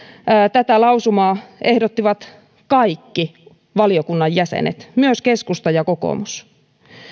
tätä lausumaa ehdottivat kaikki valiokunnan jäsenet myös keskusta ja kokoomus